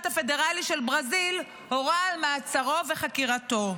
הפדרלי של ברזיל הורה על מעצרו וחקירתו.